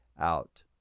out